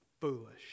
foolish